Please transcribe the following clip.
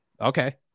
Okay